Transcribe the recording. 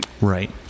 Right